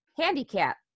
handicap